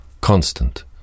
constant